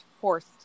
forced